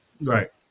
Right